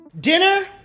Dinner